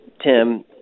Tim